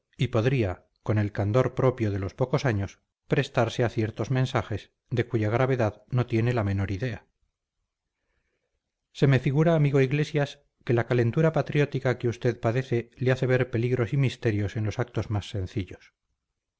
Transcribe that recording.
y podría con el candor propio de los pocos años prestarse a ciertos mensajes de cuya gravedad no tiene la menor idea se me figura amigo iglesias que la calentura patriótica que usted padece le hace ver peligros y misterios en los actos más sencillos